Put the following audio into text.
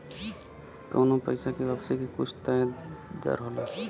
कउनो पइसा के वापसी के कुछ तय दर होला